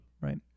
right